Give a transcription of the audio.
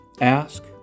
ask